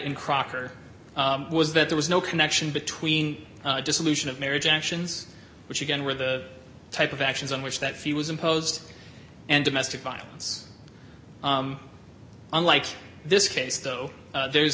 crocker was that there was no connection between dissolution of marriage actions which again were the type of actions on which that few was imposed and domestic violence unlike this case though there's